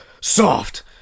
soft